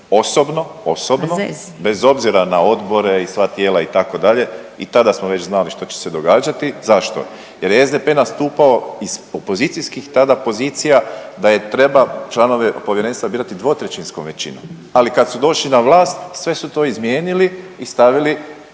osobno bez obzira na odbore i sva tijela itd. I tada smo već znali što će se događati. Zašto? Jer je SDP nastupao iz opozicijskih tada pozicija da treba članove povjerenstva birati dvotrećinskom većinom. Ali kad su došli na vlast sve su to izmijenili i stavili,